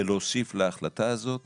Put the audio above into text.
ולהוסיף להחלטה הזאת